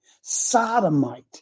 sodomite